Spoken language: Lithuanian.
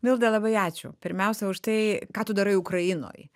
milda labai ačiū pirmiausia už tai ką tu darai ukrainoj